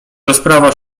rozprawa